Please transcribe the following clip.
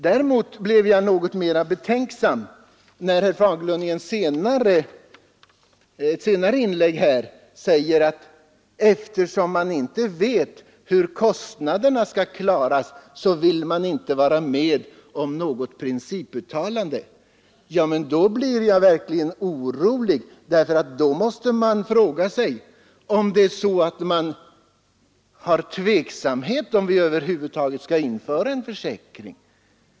Däremot blev jag något mera betänksam när herr Fagerlund i ett senare inlägg sade att eftersom man inte vet hur kostnaderna skall klaras, så vill han inte vara med om något principuttalande. Då blev jag verkligen orolig, för då måste jag fråga mig om man bland socialdemokraterna hyser tveksamhet till att vi över huvud taget skall införa en allmän försäkring.